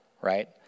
right